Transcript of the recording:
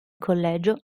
collegio